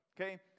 Okay